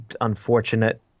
unfortunate